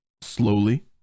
slowly